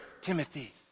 Timothy